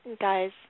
guys